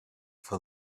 for